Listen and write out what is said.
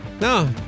No